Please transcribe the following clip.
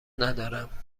ندارم